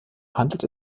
handelt